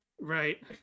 right